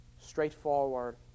straightforward